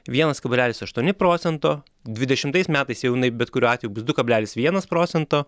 vienas kablelis aštuoni procento dvidešimtais metais jau jinai bet kuriuo atveju bus du kablelis vienas procento